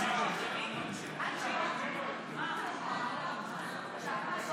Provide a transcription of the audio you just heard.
אדוני היושב-ראש.